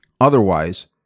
otherwise